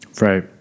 Right